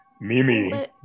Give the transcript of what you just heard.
Mimi